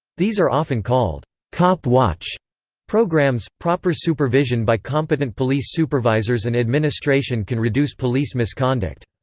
these are often called cop watch programs proper supervision by competent police supervisors and administration can reduce police misconduct.